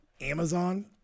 Amazon